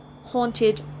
haunted